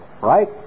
Right